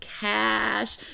cash